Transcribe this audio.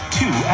two